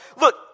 Look